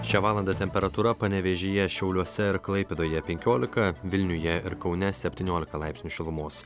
šią valandą temperatūra panevėžyje šiauliuose ir klaipėdoje penkiolika vilniuje ir kaune septyniolika laipsnių šilumos